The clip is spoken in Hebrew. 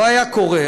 לא היה קורה.